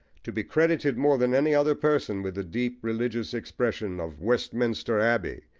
to be credited more than any other person with the deep religious expression of westminster abbey,